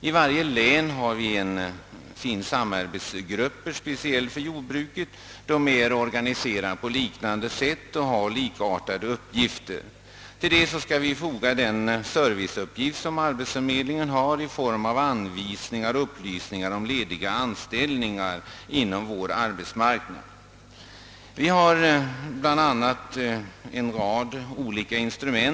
Inom varje län finns samarbetsgrupper speciellt för jordbruket. De är organiserade på ett liknande sätt och har likartade uppgifter. Till detta skall fogas den service som arbetsförmedlingen ger i form av anvisningar och upplysningar om lediga anställningar inom vår arbetsmarknad. F. ö. åtgärder som för övrigt kan anses påkallade kan snabbt sättas in för att bereda den arbetssökande möjlighet att träda in i annan sysselsättning.